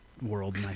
world